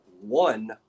one